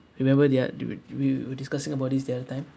remember the uh w~ we were discussing about this the other time